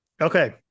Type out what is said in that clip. okay